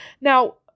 Now